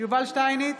יובל שטייניץ,